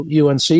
UNC